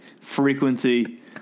frequency